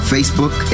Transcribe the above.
Facebook